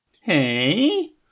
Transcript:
Hey